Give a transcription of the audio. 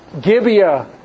Gibeah